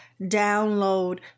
download